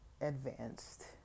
advanced